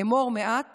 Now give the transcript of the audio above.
"אמור מעט